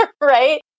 right